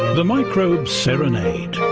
the microbe serenade.